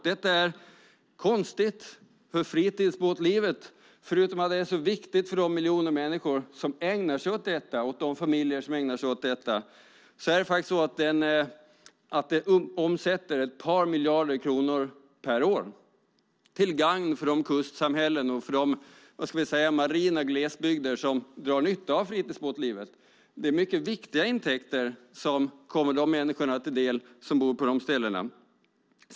Det är konstigt, för fritidsbåtslivet - förutom att det är så viktigt för de miljoner människor och de familjer som ägnar sig åt detta - omsätter det ett par miljarder kronor per år, till gagn för de kustsamhällen och de marina glesbygder som drar nytta av fritidsbåtslivet. Det är mycket viktiga intäkter som kommer de människor till del som bor på de ställena.